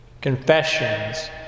confessions